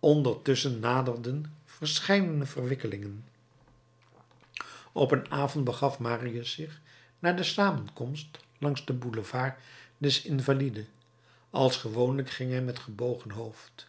ondertusschen naderden verscheidene verwikkelingen op een avond begaf marius zich naar de samenkomst langs den boulevard des invalides als gewoonlijk ging hij met gebogen hoofd